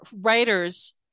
writers